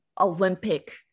Olympic